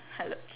hello